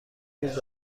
میز